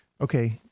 Okay